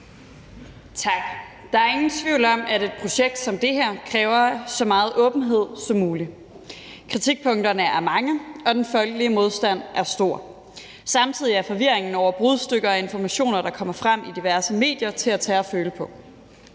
Tak. Der er ingen tvivl om, at et projekt som det her kræver så meget åbenhed som muligt. Kritikpunkterne er mange, og den folkelige modstand er stor. Samtidig er forvirringen over brudstykker af informationer, der kommer frem i diverse medier, til at tage at føle på.